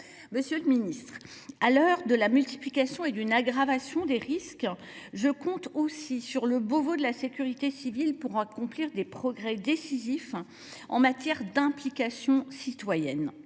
Monsieur le ministre, à l’heure de la multiplication et de l’aggravation des risques, je compte aussi sur le Beauvau de la sécurité civile pour accomplir des progrès décisifs en matière d’implication citoyenne.